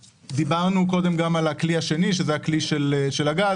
דיברנו קודם גם על הכלי השני, שזה הכלי של הגז.